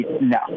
no